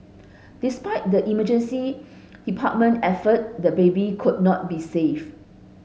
despite the emergency department effort the baby could not be saved